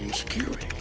security.